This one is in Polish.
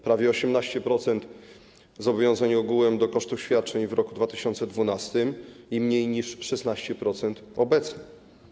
Prawie 18% zobowiązań ogółem do kosztów świadczeń w roku 2012 i mniej niż 16% obecnie.